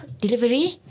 Delivery